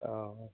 অঁ